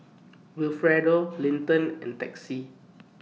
Wilfredo Linton and Texie